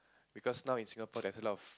because now in Singapore there's a lot of